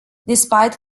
despite